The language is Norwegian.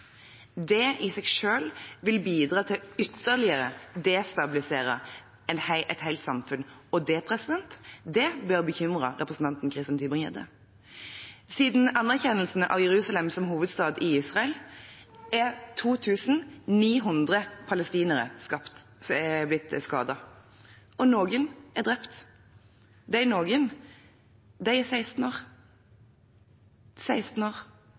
Det i seg selv vil bidra til ytterligere å destabilisere et helt samfunn, og det bør bekymre representanten Christian Tybring-Gjedde. Siden anerkjennelsen av Jerusalem som hovedstad i Israel er 2 900 palestinere blitt skadet, og noen er drept. Disse «noen» er 16 år, 16 år,